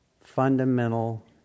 fundamental